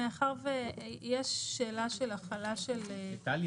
מאחר ויש שאלה של החלה של --- טלי,